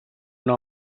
una